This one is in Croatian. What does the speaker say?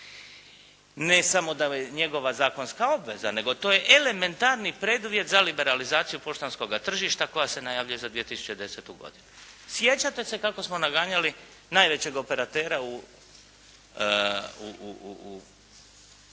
Ne samo da je njegova zakonska obveza nego to je elementarni preduvjet za liberalizaciju poštanskog tržišta koja se najavljuje za 2010. godinu. Sjećate se kako smo naganjali najvećeg operatera u